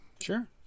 Sure